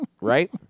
Right